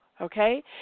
okay